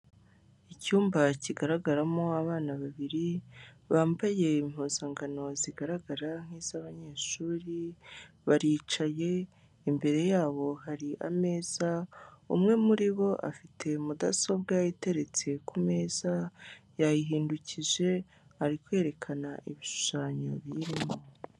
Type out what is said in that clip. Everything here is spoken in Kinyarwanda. Icyumba kigaragaramo abana babiri bambaye impuzankano zigaragara nk'iz'abanyeshuri, baricaye imbere yabo hari ameza, umwe muri bo afite mudasobwa iteretse ku meza yayihindukije ari kwerekana ibishushanyo biyirimo.